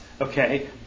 Okay